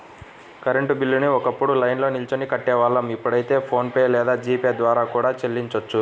current బిల్లుని ఒకప్పుడు లైన్లో నిల్చొని కట్టేవాళ్ళం ఇప్పుడైతే ఫోన్ పే లేదా జీ పే ద్వారా కూడా చెల్లించొచ్చు